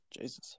Jesus